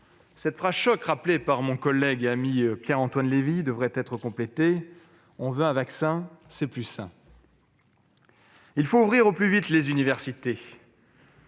Cette phrase-choc, rappelée par mon collègue et ami Pierre-Antoine Levi, devrait être complétée par :« On veut un vaccin, c'est plus sain !» Il faut ouvrir au plus vite nos universités.